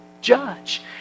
judge